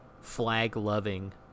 flag-loving